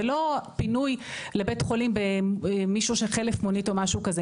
זה לא פינוי לבית חולים למישהו שחלק מונית או משהו כזה.